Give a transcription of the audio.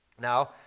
Now